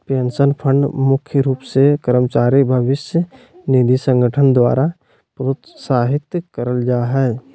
pension fund मुख्य रूप से कर्मचारी भविष्य निधि संगठन द्वारा प्रोत्साहित करल जा हय